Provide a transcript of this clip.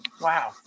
Wow